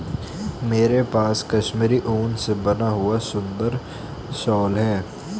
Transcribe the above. मेरे पास कश्मीरी ऊन से बना हुआ बहुत सुंदर शॉल है